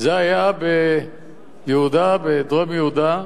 זה היה בדרום יהודה.